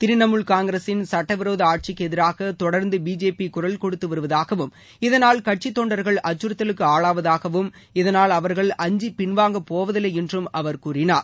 திரிணாமுல் காங்கிரசின் சட்டவிரோத தொடர்ந்து பிஜேபி குரல் கொடுத்துவருவதாகவும் இதனால் கட்சி தொண்டர்கள் அச்சுறத்தலுக்கு ஆளாவதாகவும் இதனால் அவர்கள் அஞ்சி பின்வாங்கப்போவதில்லை என்றும் அவர் கூறினார்